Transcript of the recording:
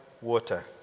water